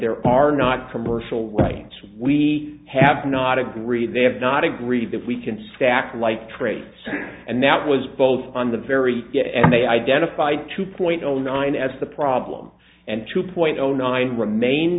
there are not commercial rights we have not agreed they have not agreed that we can stack like traits and that was both on the very end they identified two point zero nine as the problem and two point zero nine remained